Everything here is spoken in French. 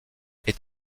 est